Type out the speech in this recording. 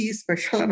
special